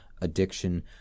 addiction